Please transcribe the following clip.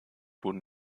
wurden